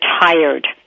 tired